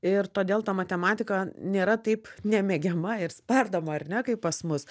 ir todėl ta matematika nėra taip nemėgiama ir spardoma ar ne kaip pas mus